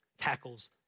tackles